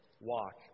Walk